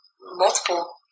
multiple